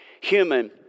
human